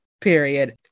period